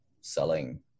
selling